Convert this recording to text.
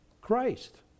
Christ